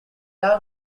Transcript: out